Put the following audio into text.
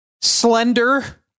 slender